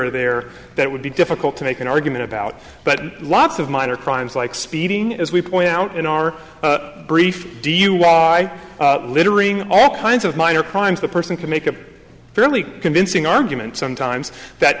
or there that would be difficult to make an argument about but lots of minor crimes like speeding as we point out in our brief dui littering all kinds of minor crimes the person could make a fairly convincing argument sometimes that